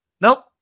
nope